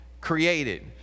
created